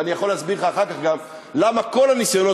ואני יכול להסביר לך אחר כך גם למה כל הניסיונות,